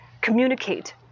communicate